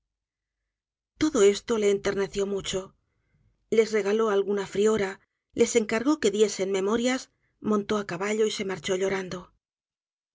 todo esto le enterneció mucho les regaló alguna m o ra les encargó que diesen memorias montó á caballo y se marchó llorando